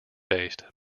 based